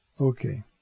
okay